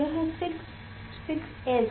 यह 6 6s